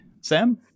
Sam